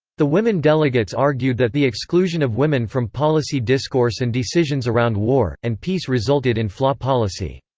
the women delegates argued that the exclusion of women from policy discourse and decisions around war, and peace resulted in flaw policy.